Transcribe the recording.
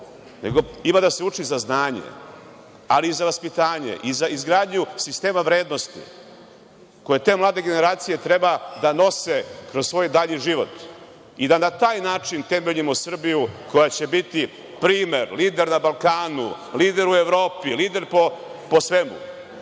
ima da se uči i za znanje, ali i za vaspitanje i za izgradnju sistema vrednosti, koje te mlade generacije treba da nose kroz svoj dalji život. I da na taj način temeljimo Srbiju koja će biti primer, lider na Balkanu, lider u Evropi, lider po svemu.